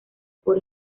por